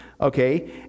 okay